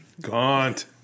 Gaunt